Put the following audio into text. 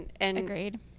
Agreed